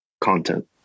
content